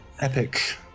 Epic